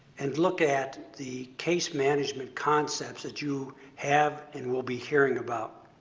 and look at the case management concepts that you have and will be hearing about.